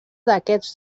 d’aquests